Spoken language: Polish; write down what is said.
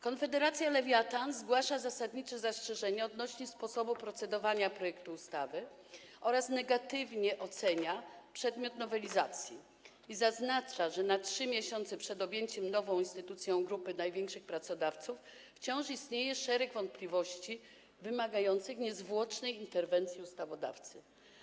Konfederacja Lewiatan zgłasza zasadnicze zastrzeżenie odnośnie do sposobu procedowania projektu ustawy, negatywnie ocenia przedmiot nowelizacji i zaznacza, że na 3 miesiące przed objęciem nową instytucją grupy największych pracodawców wciąż istnieje szereg wątpliwości wymagających niezgłoszonej interwencji ustawodawcy.